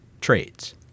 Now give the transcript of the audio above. trades